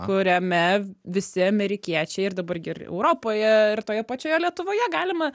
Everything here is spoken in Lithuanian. kuriame visi amerikiečiai ir dabar gi ir europoje ir toje pačioje lietuvoje galima